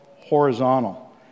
horizontal